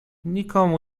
nikomu